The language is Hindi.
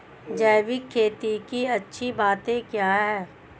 जैविक खेती की अच्छी बातें क्या हैं?